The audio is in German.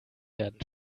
werden